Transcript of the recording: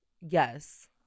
Yes